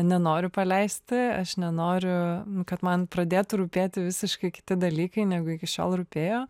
nenoriu paleisti aš nenoriu kad man pradėtų rūpėti visiškai kiti dalykai negu iki šiol rūpėjo